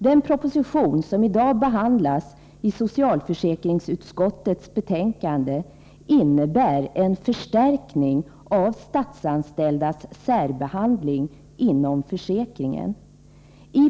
Den proposition som i dag behandlas i socialförsäkringsutskottets betän — Administrationen kande innebär en förstärkning av statsanställdas särbehandling inom försäk av försäkringserringen.